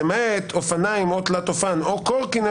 "למעט אופניים או תלת אופן או קורקינט,